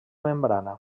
membrana